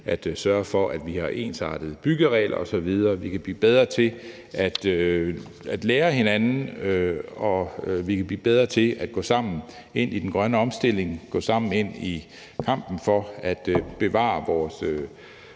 at sørge for, at vi har ensartede byggeregler osv., vi kan blive bedre til at lære af hinanden, og vi kan blive bedre til at gå sammen ind i den grønne omstilling, gå sammen ind i kampen for at bevare vores